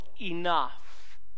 enough